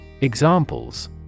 Examples